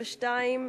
52),